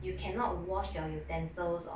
you cannot wash your utensils